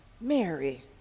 mary